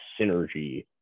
synergy